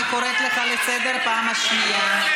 אני קוראת אותך לסדר בפעם השנייה.